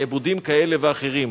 שעבודים כאלה ואחרים.